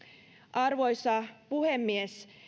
arvoisa puhemies